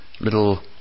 little